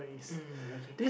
uh okay